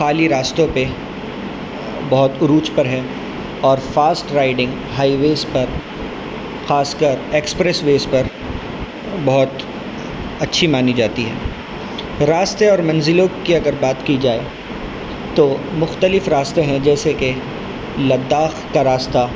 خالی راستوں پہ بہت عروج پر ہے اور فاسٹ رائڈنگ ہائی ویز پر خاص کر ایکسپریس ویز پر بہت اچھی مانی جاتی ہے راستے اور منزلوں کی اگر بات کی جائے تو مختلف راستے ہیں جیسے کہ لداخ کا راستہ